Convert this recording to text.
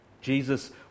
Jesus